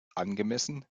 angemessen